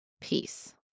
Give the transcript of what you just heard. peace